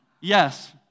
Yes